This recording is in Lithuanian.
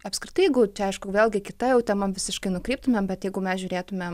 apskritai jeigu čia aišku vėlgi kita tema visiškai nukryptumėe bet jeigu mes žiūrėtumėm